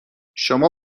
شما